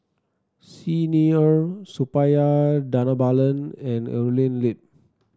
Xi Ni Er Suppiah Dhanabalan and Evelyn Lip